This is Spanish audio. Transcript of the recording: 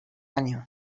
años